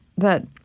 that